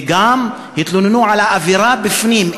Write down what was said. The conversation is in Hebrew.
וגם התלוננו על האווירה בפנים,